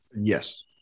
Yes